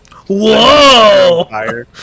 Whoa